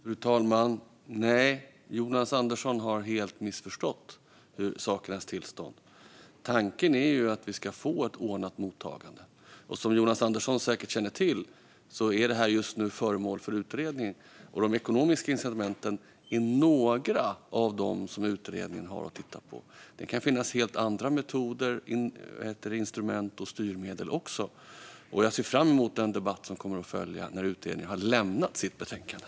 Fru talman! Nej, Jonas Andersson har helt missuppfattat sakernas tillstånd. Tanken är ju att vi ska få ett ordnat mottagande. Som Jonas Andersson säkert känner till är det här just nu föremål för utredning. De ekonomiska incitamenten hör till det som utredningen har att titta på. Det kan finnas helt andra metoder, instrument och styrmedel också. Jag ser fram emot den debatt som kommer att följa när utredningen har lämnat sitt betänkande.